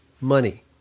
money